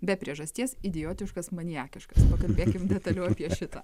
be priežasties idiotiškas maniakiškas pakalbėkim detaliau apie šitą